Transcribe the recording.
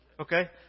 Okay